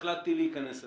להיכנס אליו?